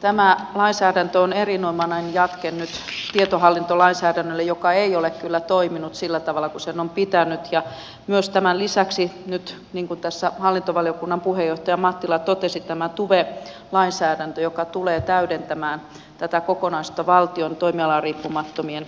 tämä lainsäädäntö on erinomainen jatke nyt tietohallintolainsäädännölle joka ei ole kyllä toiminut sillä tavalla kuin sen on pitänyt ja myös tämän lisäksi nyt niin kuin tässä hallintovaliokunnan puheenjohtaja mattila totesi tämä tuve lainsäädäntö tulee täydentämään tätä kokonaisuutta valtion toimialariippumattomien